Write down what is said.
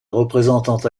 représentante